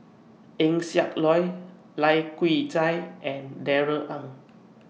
Eng Siak Loy Lai Kew Chai and Darrell Ang